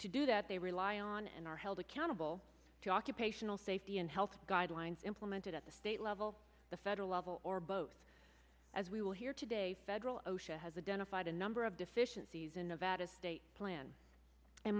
to do that they rely on and are held accountable to occupational safety and health guidelines implemented at the state level the federal level or both as we will hear today federal osha has a dental fight a number of deficiencies in nevada state plan